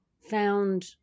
found